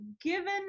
given